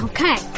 Okay